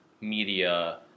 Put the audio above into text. media